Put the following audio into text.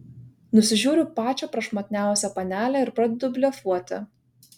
nusižiūriu pačią prašmatniausią panelę ir pradedu blefuoti